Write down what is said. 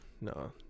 no